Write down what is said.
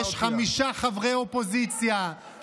חמישה חברי אופוזיציה,